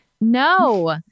No